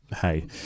hey